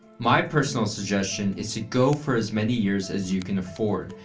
my personal suggestion is to go for as many years as you can afford,